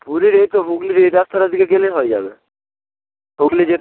পুরীর এই তো হুগলির এই রাস্তাটার দিকে গেলেই হয়ে যাবে হুগলি যেতে